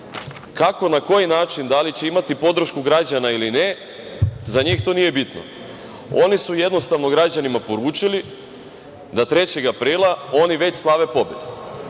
Kako i na koji način, da li će imati podršku građana ili ne, za njih to nije bitno. Oni su jednostavno građanima poručili da 3. aprila oni već slave pobedu,